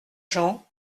jean